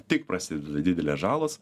tik prasideda didelės žalos